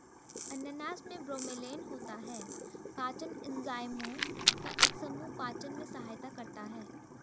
अनानास में ब्रोमेलैन होता है, पाचन एंजाइमों का एक समूह पाचन में सहायता करता है